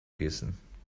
gießen